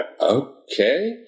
Okay